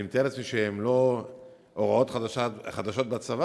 אני מתאר לעצמי שאלה לא הוראות חדשות בצבא,